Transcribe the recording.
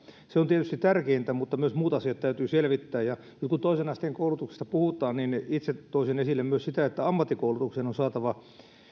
se on tietysti tärkeintä mutta myös muut asiat täytyy selvittää ja nyt kun toisen asteen koulutuksesta puhutaan itse toisin esille myös sitä että ammattikoulutukseen on saatava